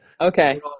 Okay